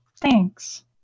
Thanks